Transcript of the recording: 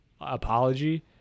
apology